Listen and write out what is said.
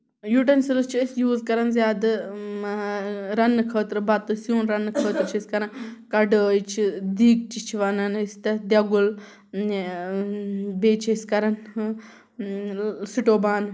utensils چھِ أسۍ use کران زیادٕ رَننہٕ خٲطرٕ بَتہٕ سیُن رَننہٕ خٲطرٕ چھِ أسۍ کران کَڑٲے چھِ دیکچہِ چھِ وَنان أسۍ تَتھ دٮ۪گُل بیٚیہِ چھِ أسۍ کران سُٹوو بانہٕ